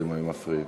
אתם מפריעים.